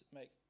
make